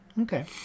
Okay